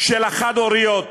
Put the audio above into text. של החד-הוריות?